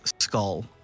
skull